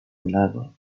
reliable